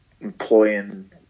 employing